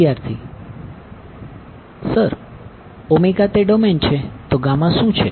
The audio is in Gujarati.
વિદ્યાર્થી સર તે ડોમેન છે તો શું છે